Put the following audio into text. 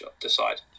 decide